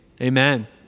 Amen